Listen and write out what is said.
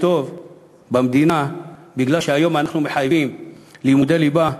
טוב במדינה מפני שהיום אנחנו מחייבים לימודי ליבה,